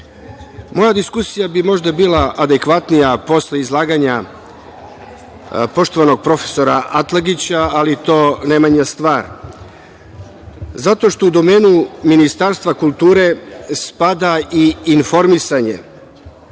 moja diskusija bi možda bila adekvatnija posle izlaganja poštovanog prof. Atlagića, ali to ne menja stvar, zato što u domenu Ministarstva kulture spada i informisanje,